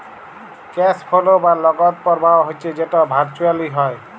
cash flow বা নগদ পরবাহ হচ্যে যেট ভারচুয়েলি হ্যয়